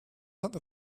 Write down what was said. not